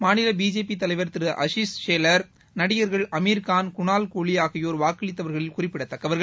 மாநிலபிஜேபிதலைவர் திருஅஷிஷ் ஷேலர் நடிகர்கள் ஆமிர்கான் குணால் கோலி ஆகியோர் வாக்களித்தவர்களில் குறிப்பிடத்தக்கவர்கள்